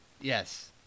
Yes